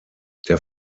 der